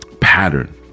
pattern